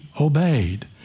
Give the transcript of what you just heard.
obeyed